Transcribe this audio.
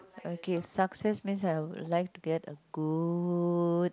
okay success means I have life to get a good